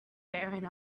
bearing